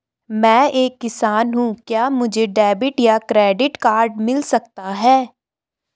मैं एक किसान हूँ क्या मुझे डेबिट या क्रेडिट कार्ड मिल सकता है?